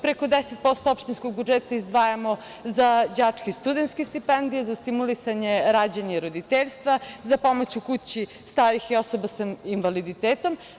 Preko 10% opštinskog budžeta izdvajamo za đačke i studentske stipendije, za stimulisanje rađanja i roditeljstva, za pomoć u kući starih i osoba sa invaliditetom.